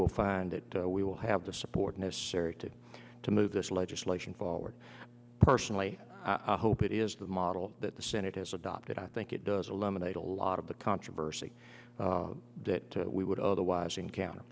will find that we will have the support necessary to move this legislation forward personally i hope it is the model that the senate has adopted i think it does a lemonade a lot of the controversy that we would otherwise encounter